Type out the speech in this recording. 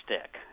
stick